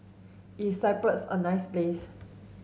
is Cyprus a nice place